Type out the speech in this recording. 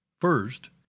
First